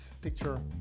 picture